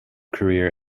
career